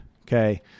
okay